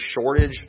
shortage